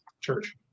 church